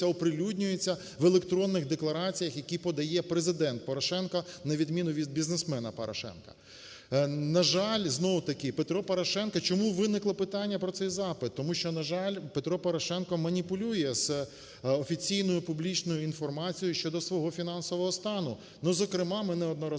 оприлюднюється в електронних деклараціях, які подає Президент Порошенко на відміну від бізнесмена Порошенка. На жаль, знову-таки Петро Порошенко, чому виникло питання про цей запит? Тому що, на жаль, Петро Порошенко маніпулює з офіційною публічною інформацією щодо свого фінансового стану. Зокрема, ми неодноразово